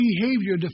behavior